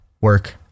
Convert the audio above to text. work